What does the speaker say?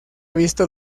visto